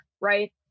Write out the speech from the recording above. right